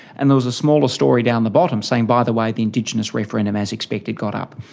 and there was a smaller story down the bottom saying, by the way, the indigenous referendum as expected got up.